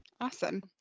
Awesome